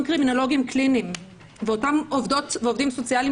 קרימינולוגים קליניים ואותן עובדות ועובדים סוציאליים